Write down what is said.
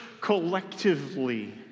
collectively